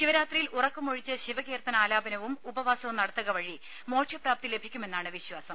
ശിവരാത്രിയിൽ ഉറക്കമൊഴിച്ച് ശിവകീർത്തന ആലാപനവും ഉപവാസവും നടത്തുക വഴി മോക്ഷപ്രാപ്തി ലഭിക്കുമെന്നാണ് വിശ്വാസം